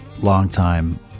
long-time